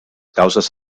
causes